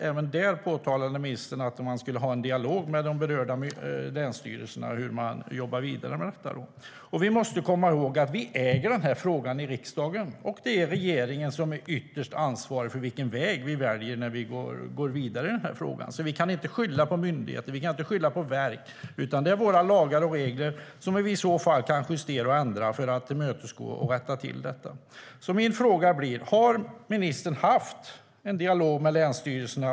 Även där framhöll ministern att man skulle ha en dialog med de berörda länsstyrelserna om hur man jobbar vidare med detta. Vi måste komma ihåg att vi äger den här frågan i riksdagen, och det är regeringen som är ytterst ansvarig för vilken väg vi väljer när vi går vidare i frågan. Vi kan inte skylla på myndigheter. Vi kan inte skylla på verk. Det är våra lagar och regler som vi i så fall kan justera och ändra för att tillmötesgå och rätta till detta. Har ministern haft en dialog med länsstyrelserna?